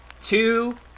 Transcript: two